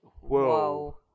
Whoa